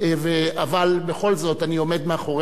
אבל בכל זאת, אני עומד מאחורי